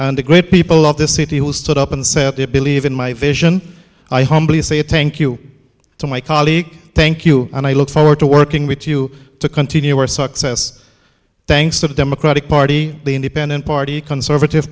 and the great people of this city who stood up and said they believe in my vision i humbly say tank you to my colleague thank you and i look forward to working with you to continue our success thanks to the democratic party the independent party conservative